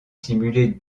simuler